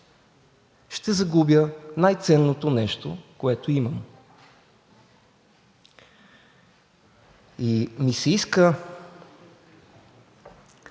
ще загубя най-ценното нещо, което имам. И ми се иска